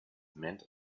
mint